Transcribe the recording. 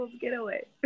getaway